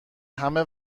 همه